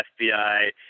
FBI